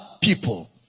people